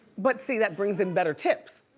but see, that brings in better tips,